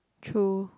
true